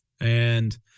And-